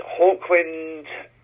Hawkwind